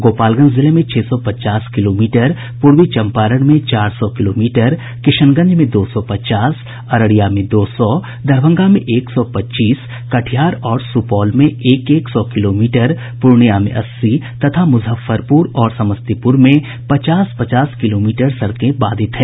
गोपालगंज जिले में छह सौ पचास किलोमीटर पूर्वी चम्पारण में चार सौ किलोमीटर किशनगंज में दो सौ पचास अररिया में दो सौ दरभंगा में एक सौ पच्चीस कटिहार और सुपौल में एक एक सौ किलोमीटर पूर्णियां में अस्सी तथा मुजफ्फरपुर और समस्तीपुर में पचास पचास किलोमीटर सड़कें बाधित हैं